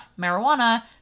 marijuana